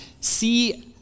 see